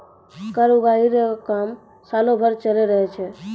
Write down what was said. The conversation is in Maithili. कर उगाही रो काम सालो भरी चलते रहै छै